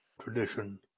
tradition